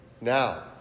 now